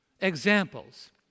Examples